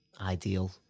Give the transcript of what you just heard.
Ideal